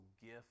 gift